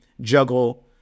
juggle